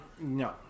No